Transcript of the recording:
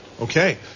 Okay